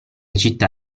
città